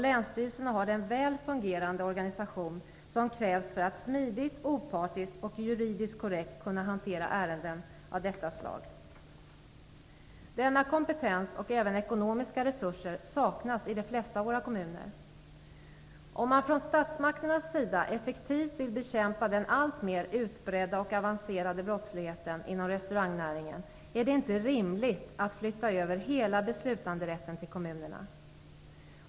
Länsstyrelserna har den väl fungerande organisation som krävs för att smidigt, opartiskt och juridiskt korrekt kunna hantera ärenden av detta slag. Denna kompetens och även ekonomiska resurser saknas i de flesta av våra kommuner. Om man från statsmakternas sida effektivt vill bekämpa den alltmer utbredda och avancerade brottsligheten inom restaurangnäringen, är det inte rimligt att flytta över hela beslutanderätten till kommunerna.